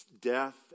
death